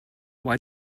why